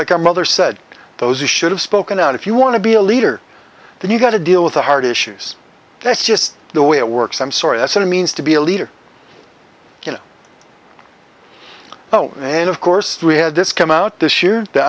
like our mother said those who should have spoken out if you want to be a leader then you've got to deal with the hard issues that's just the way it works i'm sorry i said it means to be a leader you know oh and of course we had this come out this year the